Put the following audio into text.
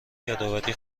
یادآوری